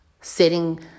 setting